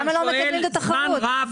בואו נקדם את התחרות.